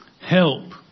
help